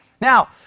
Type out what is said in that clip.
Now